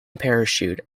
parachute